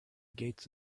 gates